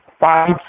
five